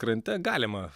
krante galima